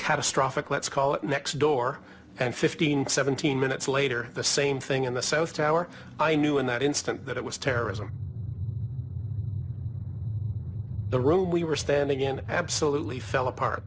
catastrophic let's call it next door and fifteen seventeen minutes later the same thing in the south tower i knew in that instant that it was terrorism the room we were standing in absolutely fell apart